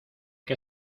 qué